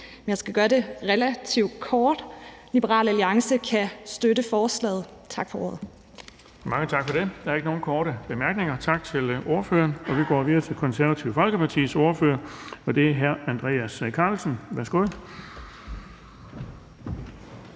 Jeg skal gøre det kort: Liberal Alliance kan støtte forslaget. Tak for ordet. Kl. 10:23 Den fg. formand (Erling Bonnesen): Der er ikke nogen korte bemærkninger. Tak til ordføreren. Vi går videre til Det Konservative Folkepartis ordfører, og det er hr. Andreas Karlsen. Værsgo.